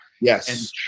Yes